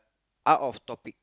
out of topic